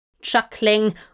Chuckling